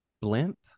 blimp